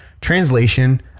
translation